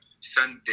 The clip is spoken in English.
Sunday